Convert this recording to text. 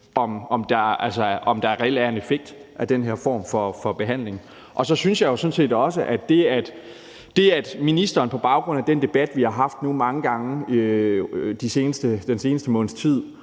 om der reelt er en effekt af den form for behandling. Så synes jeg jo sådan set også, at der er sket noget på baggrund af den debat, vi har haft nu mange gange den seneste måneds tid,